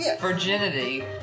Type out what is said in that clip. virginity